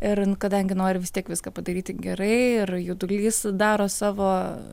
ir kadangi nori vis tiek viską padaryti gerai ir jaudulys daro savo